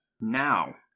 Now